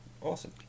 awesome